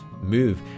move